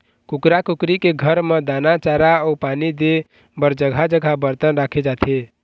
कुकरा कुकरी के घर म दाना, चारा अउ पानी दे बर जघा जघा बरतन राखे जाथे